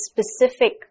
specific